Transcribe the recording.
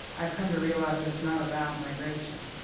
i've come to realize that it's not about migration.